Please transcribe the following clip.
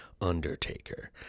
undertaker